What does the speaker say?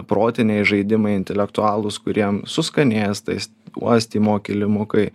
protiniai žaidimai intelektualūs kuriem su skanėstais uostymo kilimukai